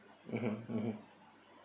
mmhmm mmhmm